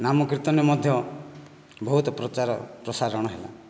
ନାମ କୀର୍ତ୍ତନରେ ମଧ୍ୟ ବହୁତ ପ୍ରଚାର ପ୍ରସାରଣ ହେଲା